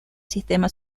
sistema